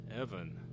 Evan